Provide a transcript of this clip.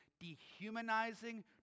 dehumanizing